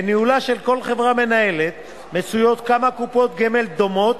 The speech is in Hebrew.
בניהולה של כל חברה מנהלת מצויות כמה קופות גמל דומות,